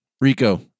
Rico